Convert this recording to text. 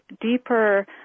deeper